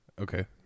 Okay